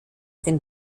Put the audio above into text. den